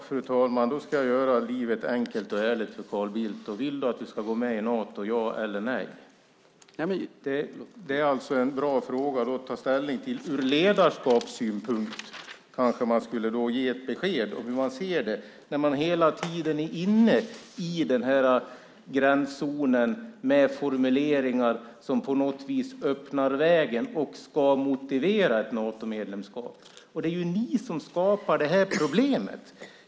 Fru talman! Jag ska göra livet enkelt för Carl Bildt. Vill du att vi ska gå med i Nato, ja eller nej? Det är en bra fråga att ta ställning till. Ur ledarskapssynpunkt kanske man skulle ge ett besked om hur man ser det. Man är ju hela tiden inne i gränszonen med formuleringar som öppnar vägen och ska motivera ett Natomedlemskap. Det är ju ni som skapar problemet.